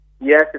Yes